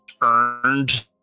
earned